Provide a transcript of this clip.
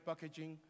packaging